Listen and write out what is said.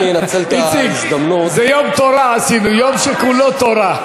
איציק, זה יום תורה עשינו, יום שכולו תורה.